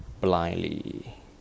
blindly